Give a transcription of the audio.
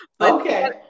Okay